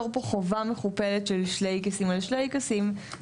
פה חובה כפולה ומכופלת של ״שלייקעסים על שלייקעסים,״